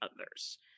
others